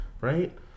right